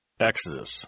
Exodus